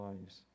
lives